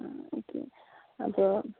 ആ ഓക്കെ അപ്പോൾ